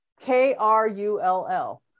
K-R-U-L-L